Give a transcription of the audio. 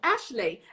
Ashley